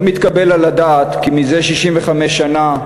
לא מתקבל על הדעת כי זה 65 שנה,